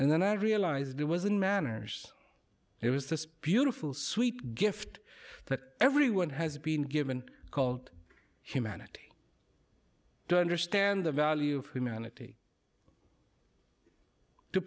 and then i realized it was an managed it was this beautiful sweet gift that everyone has been given called humanity don't understand the value of humanity to